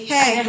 Hey